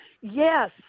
yes